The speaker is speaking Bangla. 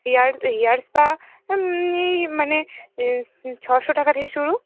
হেয়ার হেয়ার স্পা এই মানে ছশো টাকা থেকে শুরু